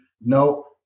No